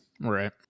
Right